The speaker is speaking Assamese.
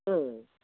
উম